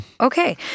Okay